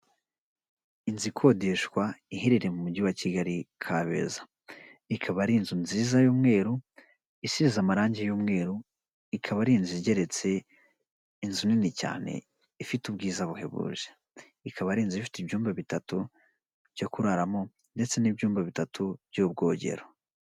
Inzu ikodeshwa iherereye mu mujyi wa Kigali Kabeza ikaba ari inzu nziza y'umweru isize amarangi y'umweru, ikaba ari inzu igeretse inzu nini cyane ifite ubwiza buhebuje, ikaba ari inzu ifite ibyumba bitatu byo kuraramo ndetse n'ibyumba bitatu by'ubwogero.